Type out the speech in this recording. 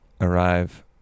Arrive